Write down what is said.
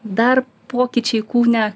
dar pokyčiai kūne